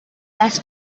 las